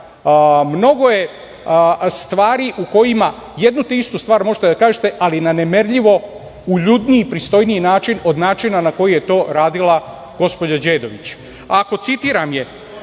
Mnogo je stvari u kojima jednu te istu stvar možete da kažete, ali na nemerljivo uljudniji, pristojniji način, od načina na koji je to radila gospođa Đedović. Citiram: